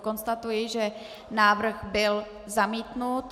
Konstatuji, že návrh byl zamítnut.